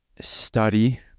Study